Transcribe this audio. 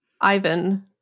Ivan